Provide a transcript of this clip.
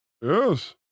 Yes